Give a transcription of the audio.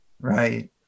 Right